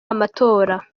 amatora